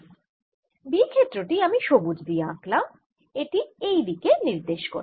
B ক্ষেত্র টি আমি সবুজ দিয়ে আঁকলাম এটি এই দিকে নির্দেশ করে